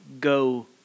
go